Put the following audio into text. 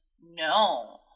No